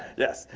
yes.